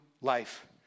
life